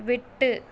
விட்டு